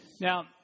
Now